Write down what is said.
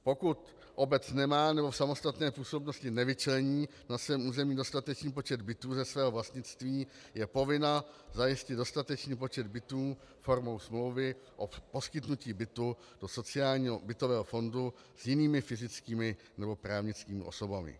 Pokud obec nemá nebo v samostatné působnosti nevyčlení na svém území dostatečný počet bytů ze svého vlastnictví, je povinna zajistit dostatečný počet bytů formou smlouvy o poskytnutí bytu do sociálního bytového fondu s jinými fyzickými nebo právnickými osobami.